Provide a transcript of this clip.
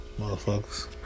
Motherfuckers